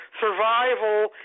survival